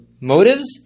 motives